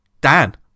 Dan